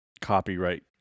copyright